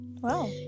Wow